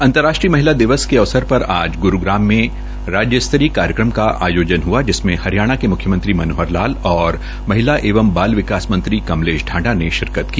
अंतर्राष्ट्रीय महिला दिवस के अवसर पर आज ग्रूग्राम में राज्य स्तरीय कार्यक्रम का आयोजन हआ जिसमें हरियाणा के मुख्यमंत्री मनोहर लाल और महिला एवं बाल विकास मंत्री कमलेश ांडा ने शिरकत की